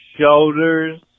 Shoulders